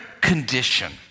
condition